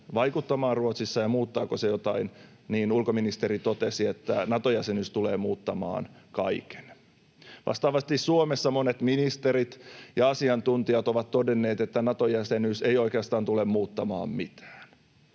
vaikuttamaan Ruotsissa ja muuttaako se jotain, ja ulkoministeri totesi, että Nato-jäsenyys tulee muuttamaan kaiken. Vastaavasti Suomessa monet ministerit ja asiantuntijat ovat todenneet, että Nato-jäsenyys ei oikeastaan tule muuttamaan mitään.